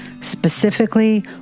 specifically